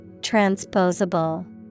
Transposable